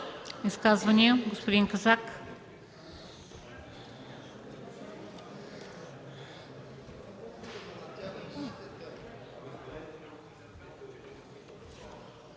Изказвания? Господин Казак.